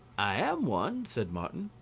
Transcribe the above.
i am one, said martin.